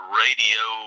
radio